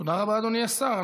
תודה רבה לאדוני השר.